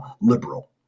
liberal